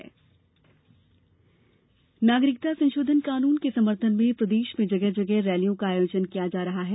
CAA rally नागरिकता संशोधन कानून के समर्थन में प्रदेश में जगह जगह रैलियों का आयोजन किया जा रहा है